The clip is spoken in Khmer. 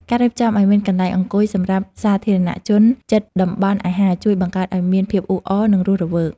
ការរៀបចំឱ្យមានកន្លែងអង្គុយសម្រាប់សាធារណៈជនជិតតំបន់អាហារជួយបង្កើតឱ្យមានភាពអ៊ូអរនិងរស់រវើក។